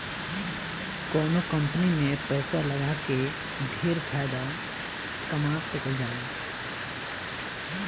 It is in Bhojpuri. कवनो कंपनी में पैसा लगा के ढेर फायदा कमा सकल जाला